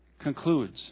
concludes